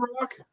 rock